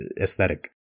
aesthetic